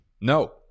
No